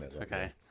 okay